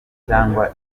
cyangwa